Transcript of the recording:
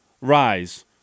rise